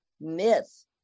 myth